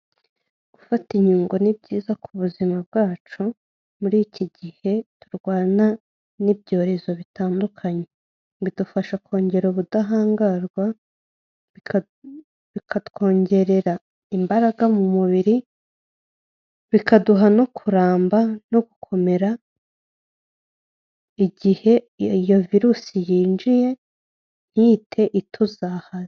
Gufata inkingo ni byiza ku buzima bwacu muri iki gihe turwana n'ibyorezo bitandukanye. Bidufasha kongera ubudahangarwa bikatwongerera imbaraga mu mubiri, bikaduha no kuramba no gukomera, igihe iyo virusi yinjiye ntihite ituzahaza.